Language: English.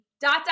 dot